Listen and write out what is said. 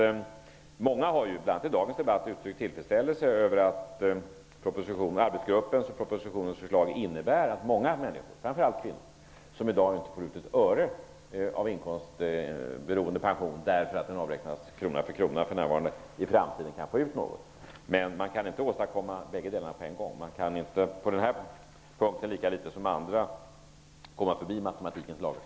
Många har i dagens debatt uttryckt tillfredsställelse över att arbetsgruppens och propositionens förslag innebär att många människor, framför allt kvinnor, som i dag inte får ut ett öre av inkomstberoende pension därför att den avräknas krona för krona för närvarande, i framtiden kan få ut något. Men man kan inte åstadkomma bägge delarna på en gång. Man kan inte på den här punkten, lika litet som på andra, komma förbi matematikens lagar.